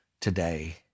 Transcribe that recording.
today